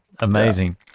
amazing